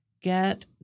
get